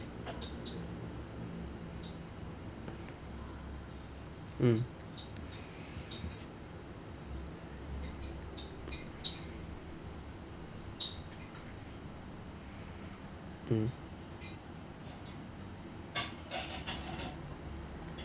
mm mm